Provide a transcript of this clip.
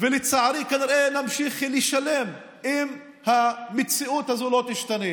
ולצערי כנראה נמשיך לשלם אם המציאות הזאת לא תשתנה.